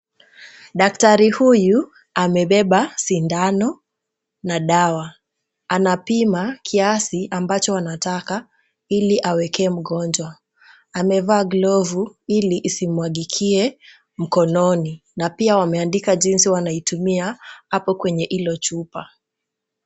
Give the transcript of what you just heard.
Daktari huyu amebeba sindano na dawa. Anapima kiasi ambacho wanataka ili awekee mgonjwa. Amevaa glovu ili isimwagikie mkononi na pia wameandika jinsi ya kutumia hapo kwenye hilo chupa.